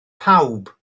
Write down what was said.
pawb